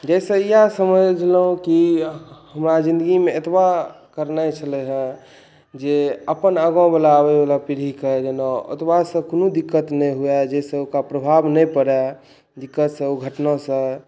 जाहि सँ इएह समझलहुँ कि हमरा जिनगीमे एतबा करनाइ छलै हँ जे अपन आगाँ वाला आबै वाला पीढ़ीके जेन अयबा से कोनो दिक्कत नहि हुए जाहि सँ ओकरा प्रभाव नहि पड़ै दिक्कतसँ ओ घटनासँ